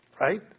Right